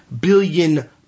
billion